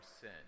sin